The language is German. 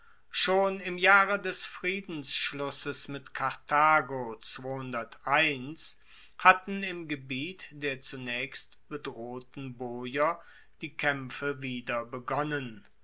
schon im jahre des friedensschlusses mit karthago hatten im gebiet der zunaechst bedrohten boier die kaempfe wieder begonnen